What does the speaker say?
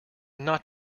not